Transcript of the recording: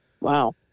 wow